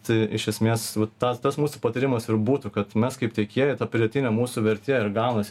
tai iš esmės tas tas mūsų patarimas ir būtų kad mes kaip tiekėjai ta pridėtinė mūsų vertė ir gaunasi